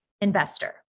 investor